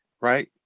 Right